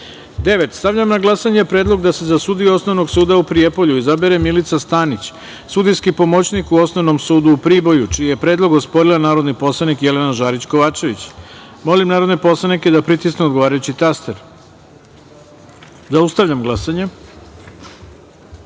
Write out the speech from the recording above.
Stavljam na glasanje predlog da se za sudiju Osnovnog suda u Prijepolju izabere Milica Stanić, sudijski pomoćnik u Osnovnom sudu u Priboju, čiji je predlog osporila narodni poslanik Jelena Žarić Kovačević. Molim narodne poslanike da pritisnu odgovarajući taster. Zaustavljam glasanje: